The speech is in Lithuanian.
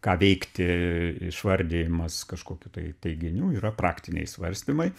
ką veikti išvardijimas kažkokių tai teiginių yra praktiniai svarstymai